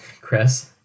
Chris